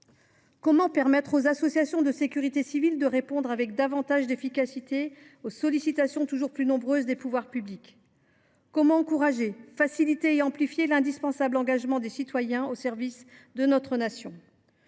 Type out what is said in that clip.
Comment permettre aux associations de sécurité civile de répondre avec davantage d’efficacité aux sollicitations toujours plus nombreuses des pouvoirs publics ? Comment encourager, faciliter et amplifier l’indispensable engagement de citoyens au service de notre nation ?